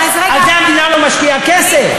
על זה המדינה לא משקיעה כסף.